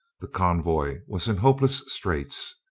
the convoy was in hope less straits.